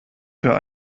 für